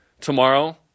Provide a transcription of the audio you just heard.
tomorrow